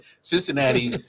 Cincinnati